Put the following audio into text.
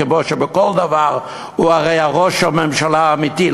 כמו שבכל דבר הוא הרי ראש הממשלה האמיתי,